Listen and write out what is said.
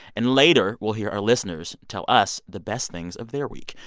and later, we'll hear our listeners tell us the best things of their week.